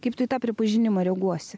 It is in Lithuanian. kaip tu į tą pripažinimą reaguosi